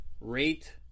rate